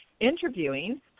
interviewing